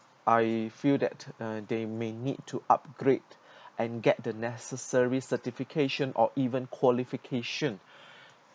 I feel that uh they may need to upgrade and get the necessary certification or even qualification